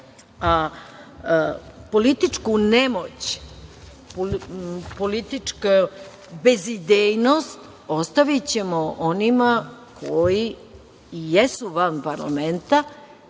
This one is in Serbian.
a političku nemoć, političku bezidejnost ostavićemo onima koji i jesu van parlamenta